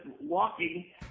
walking